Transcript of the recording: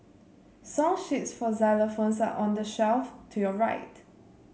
song sheets for xylophones are on the shelf to your right